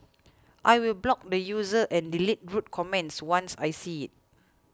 I will block the user and delete rude comments once I see it